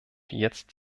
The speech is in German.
jetzt